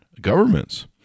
governments